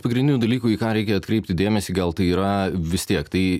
pagrindinių dalykų į ką reikia atkreipti dėmesį gal tai yra vis tiek tai